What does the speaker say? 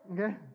Okay